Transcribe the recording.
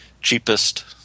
cheapest